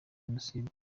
jenoside